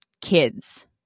kids